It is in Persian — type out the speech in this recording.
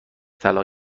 طلا